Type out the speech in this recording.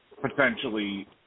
potentially